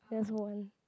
that's one